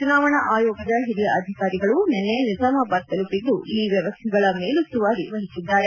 ಚುನಾವಣಾ ಆಯೋಗದ ಹಿರಿಯ ಅಧಿಕಾರಿಗಳು ನಿನ್ನೆ ನಿಜಾಮಾಬಾದ್ ತಲುಪಿದ್ದು ಈ ವ್ಯವಸ್ಥೆಗಳ ಮೇಲುಸ್ತುವಾರಿ ವಹಿಸಿದ್ದಾರೆ